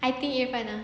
I think irfan ah